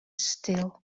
stil